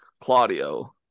Claudio